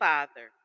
Father